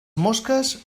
mosques